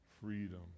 freedom